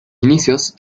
inicios